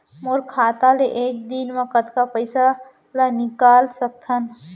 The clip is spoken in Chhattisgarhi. मोर खाता ले एक दिन म कतका पइसा ल निकल सकथन?